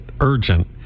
urgent